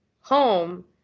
home